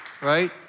right